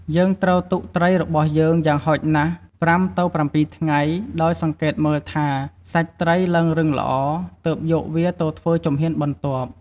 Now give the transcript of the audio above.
យើងត្រូវទុកត្រីរបស់យើងយ៉ាងហោចណាស់ ៥ទៅ ៧ថ្ងៃ ដោយសង្កេតមើលថា សាច់ត្រីឡើងរឹងល្អ ទើបយកវាទៅធ្វើជំហានបន្ទាប់។